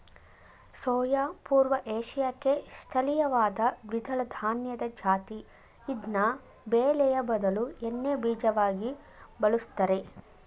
soya ಪೂರ್ವ ಏಷ್ಯಾಕ್ಕೆ ಸ್ಥಳೀಯವಾದ ದ್ವಿದಳಧಾನ್ಯದ ಜಾತಿ ಇದ್ನ ಬೇಳೆಯ ಬದಲು ಎಣ್ಣೆಬೀಜವಾಗಿ ಬಳುಸ್ತರೆ